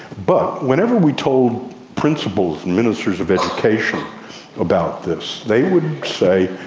but whenever we told principals and ministers of education about this they would say,